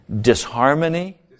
disharmony